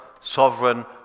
sovereign